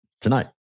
tonight